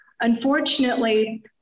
Unfortunately